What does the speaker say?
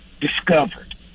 discovered